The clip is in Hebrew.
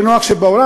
בנוהג שבעולם,